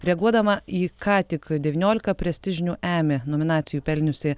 reaguodama į ką tik devyniolika prestižinių emmy nominacijų pelniusi